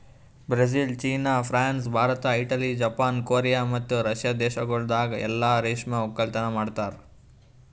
Brazil, China, France, Bharat, Italy, Japan, Korea ಮತ್ತ Russia ದೇಶಗೊಳ್ದಾಗ್ ಎಲ್ಲಾ ರೇಷ್ಮೆ ಒಕ್ಕಲತನ ಮಾಡ್ತಾರ